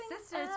sisters